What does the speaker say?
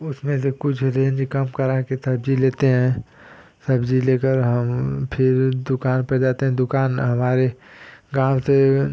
उसमें से कुछ रेन्ज कम कराकर सब्जी लेते हैं सब्ज़ी लेकर हम फिर दुकान पर जाते हैं दुकान हमारे गाँव से